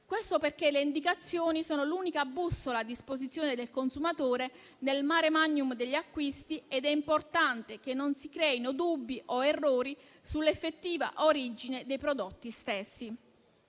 Questo perché le indicazioni sono l'unica bussola a disposizione del consumatore nel *mare magnum* degli acquisti ed è importante che non si creino dubbi o errori sull'effettiva origine dei prodotti stessi.